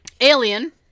Alien